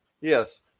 Yes